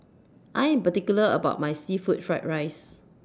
I Am particular about My Seafood Fried Rice